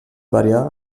variar